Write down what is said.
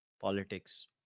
politics